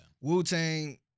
Wu-Tang